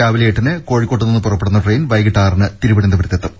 രാവിലെ എട്ടിന് കോഴിക്കോട് നിന്ന് പുറപ്പെടുന്ന ട്രെയിൻ വൈകിട്ട് ആറിന് തിരുവനന്തപുരത്ത് എത്തും